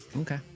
Okay